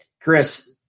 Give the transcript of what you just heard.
Chris